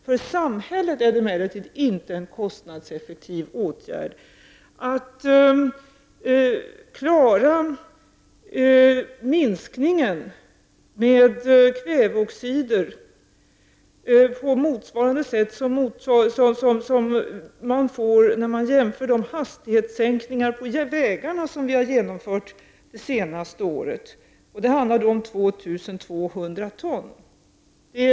För samhället är det emellertid inte en kostnadseffektiv åtgärd. Genom den hastighetssänkning som har genomförts på vägarna under det senaste året, har kväveoxidutsläppen minskat med 2 200 ton.